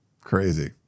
crazy